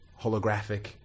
holographic